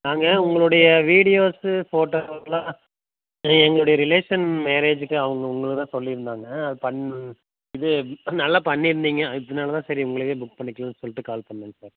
நாங்கள் உங்களுடைய videos photo எங்களுடைய ரிலேஷன் மேரேஜுக்கு அவங்க உங்களை தான் சொல்லி இருந்தாங்க பண்ணு இது நல்லா பண்ணி இருந்தீங்க அதனால தான் சரி உங்களையே புக் பண்ணிக்கலான் சொல்லிட்டு கால் பண்ணங்க சார்